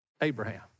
Abraham